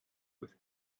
with